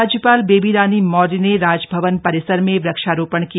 राज्यपाल बेबी रानी मौर्य ने राजभवन परिसर में वृक्षारोपण किया